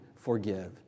forgive